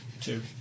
Two